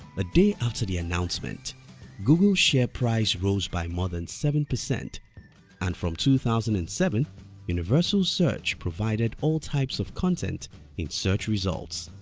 a day after the announcement google's share price rose by more than seven percent and from two thousand and seven universal search provided all types of content in search results.